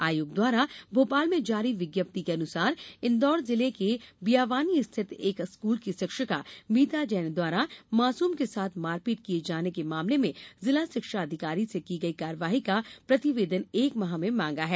आयोग द्वारा भोपाल में जारी विज्ञप्ति के अनुसार इन्दौर जिले के बियावानी स्थित एक स्कूल की शिक्षिका मीता जैन द्वारा मासूम के साथ मारपीट किये जाने के मामले में जिला शिक्षा अधिकारी से की गई कार्यवाही का प्रतिवेदन एक माह में मांगा है